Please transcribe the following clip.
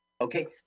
Okay